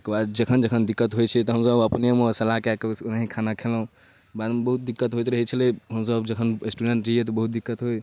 ओकर बाद जखन जखन दिक्कत होइ छै तऽ हमसभ अपनेमे सलाह कऽ कऽ वएह खाना खएलहुँ बादमे बहुत दिक्कत होइत रहै छलै हमसभ जखन स्टूडेन्ट रहिए तऽ बहुत दिक्कत होइ